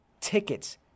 tickets